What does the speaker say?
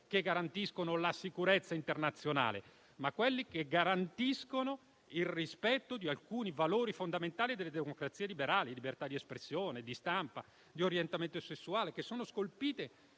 a garantire non solo la sicurezza internazionale, ma anche il rispetto di alcuni valori fondamentali delle democrazie liberali, come le libertà di espressione, di stampa e di orientamento sessuale, che sono scolpite